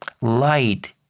light